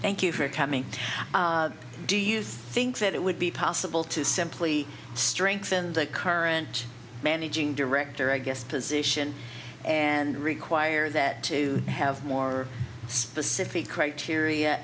thank you for coming do you think that it would be possible to simply strengthen the current managing director i guess position and require that to have more specific criteria